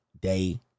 day